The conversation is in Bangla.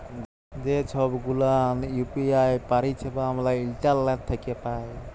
যে ছব গুলান ইউ.পি.আই পারিছেবা আমরা ইন্টারলেট থ্যাকে পায়